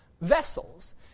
vessels